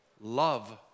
love